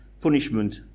punishment